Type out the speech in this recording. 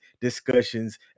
discussions